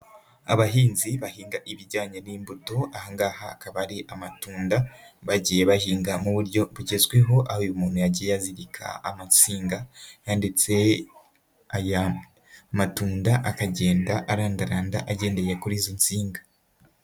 Abahinzi bahinga ibijyanye n'imbuto ahangaha hakaba hari amatunda bagiye bahinga mu buryo bugezweho, uyu umuntu yagiye azirika amazinga aho ndetse aya matunda akagenda arandaranda agendeye kuri izi nsinga.